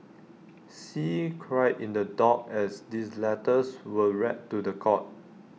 see cried in the dock as these letters were read to The Court